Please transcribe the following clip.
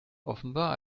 offenbar